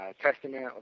Testament